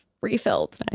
refilled